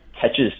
catches